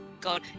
God